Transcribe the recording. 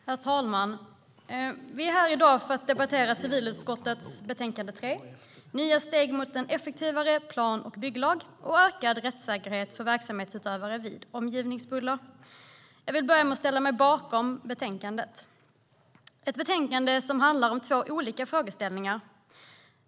Herr talman! Vi är här i dag för att debattera civilutskottets betänkande CU3, Nya steg för en effektivare plan och bygglag och ökad rättssäkerhet för verksamhetsutövare vid omgivningsbuller . Jag ställer mig bakom betänkandet. Det är ett betänkande som handlar om två olika frågeställningar.